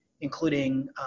including